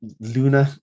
Luna